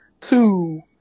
Two